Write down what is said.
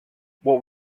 what